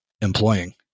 employing